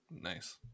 Nice